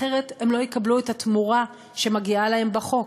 אחרת הם לא יקבלו את התמורה שמגיעה להם בחוק.